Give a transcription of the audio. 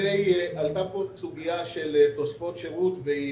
עלתה פה סוגיה של תוספות שירות והיא